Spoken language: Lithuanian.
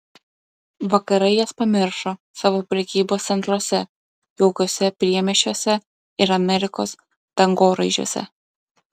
vakarai jas pamiršo savo prekybos centruose jaukiuose priemiesčiuose ir amerikos dangoraižiuose